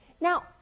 Now